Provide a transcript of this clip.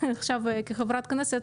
עכשיו כחברת כנסת,